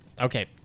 Okay